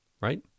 right